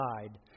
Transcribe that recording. side